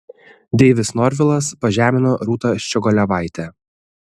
deivis norvilas pažemino rūtą ščiogolevaitę